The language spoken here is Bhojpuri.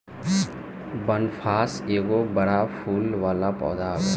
बनफशा एगो बड़ फूल वाला पौधा हवे